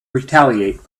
retaliate